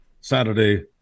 Saturday